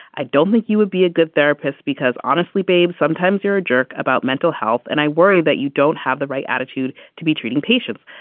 i don't think you would be a good therapist because honestly, babe, sometimes you're a jerk about mental health, and i worry that you don't have the right attitude to be treating patients.